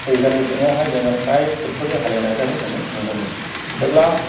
बैग्यानिग जुगावहाय जोङो फ्राय ट्रेक्टरजों हालेवनायखौहाय जोङो नुनो मोनो जेब्ला